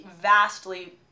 vastly